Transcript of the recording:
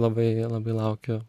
labai labai laukiu